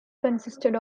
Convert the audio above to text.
consisted